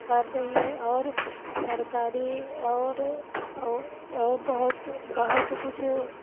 कर रही है और सरकारी और और बहुत बहुत कुछ